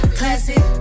classic